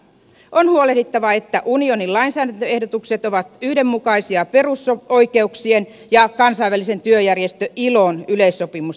on huolehdittava että unionin lainsäädäntöehdotukset ovat yhdenmukaisia perusoikeuksien ja kansainvälisen työjärjestö ilon yleissopimusten kanssa